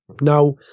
Now